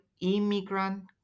immigrant